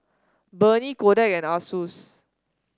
Burnie Kodak and Asus